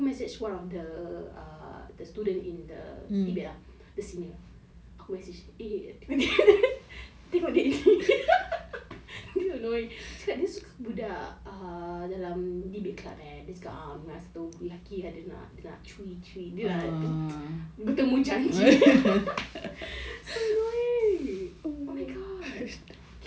super annoying why she trying to flirt with me oh my god I I dah stress then lepas tu aku message one of the err the student in the senior aku message eh tengok kena annoying aku cakap dia suka budak err yang dekat eh dia cakap ah ada satu laki dia nak cui